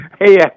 Hey